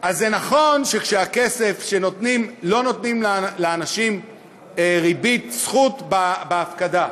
אז זה נכון שלא נותנים לאנשים ריבית זכות בהפקדה,